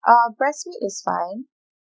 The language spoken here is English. uh breast meat is fine